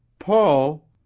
paul